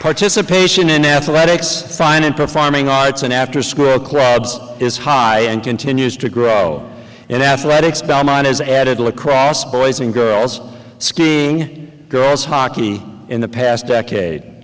participation in athletics fine in performing arts and after school clubs is high and continues to grow and athletics by mine is added lacrosse boys and girls skiing girls hockey in the past decade